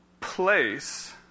place